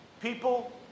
People